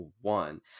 one